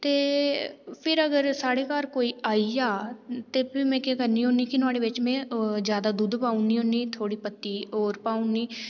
ते फिर अगर साढे़ घर कोई आई जा ते फ्ही में करनी होन्नी के नुआढ़े बिच्च में ज्यादा दुद्ध पाई ओड़नी थोह्ड़ी पत्ती और पाई ओड़नी